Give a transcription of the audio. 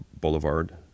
Boulevard